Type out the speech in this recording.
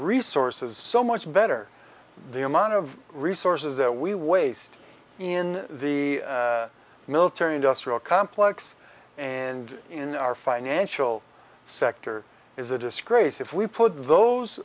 resources so much better the amount of resources that we waste in the military industrial complex and in our financial sector is a disgrace if we put those